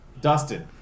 Dustin